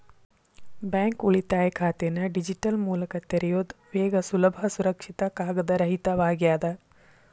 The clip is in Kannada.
ಬ್ಯಾಂಕ್ ಉಳಿತಾಯ ಖಾತೆನ ಡಿಜಿಟಲ್ ಮೂಲಕ ತೆರಿಯೋದ್ ವೇಗ ಸುಲಭ ಸುರಕ್ಷಿತ ಕಾಗದರಹಿತವಾಗ್ಯದ